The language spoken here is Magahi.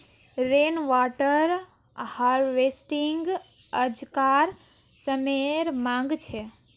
रेन वाटर हार्वेस्टिंग आज्कार समयेर मांग छे